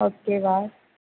okay bye